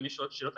אם יש עוד שאלות,